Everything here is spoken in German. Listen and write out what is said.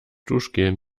duschgel